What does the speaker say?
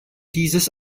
dieses